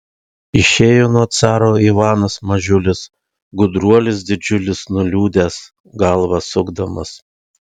išėjo nuo caro ivanas mažiulis gudruolis didžiulis nuliūdęs galvą sukdamas